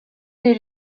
est